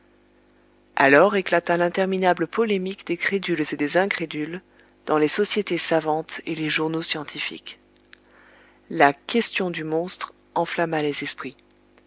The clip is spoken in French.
alors éclata l'interminable polémique des crédules et des incrédules dans les sociétés savantes et les journaux scientifiques la question du monstre enflamma les esprits